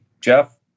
Jeff